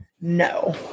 No